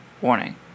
Warning